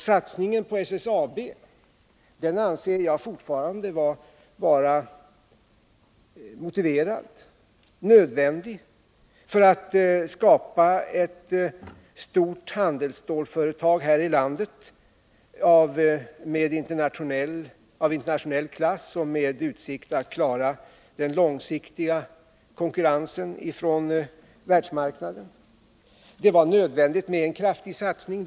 Satsningen på SSAB anser jag fortfarande vara motiverad och nödvändig för att skapa ett större handelsstålsföretag här i landet av internationell klass och med utsikt att klara den långsiktiga konkurrensen på världsmarknaden. Det var nödvändigt med en kraftig satsning.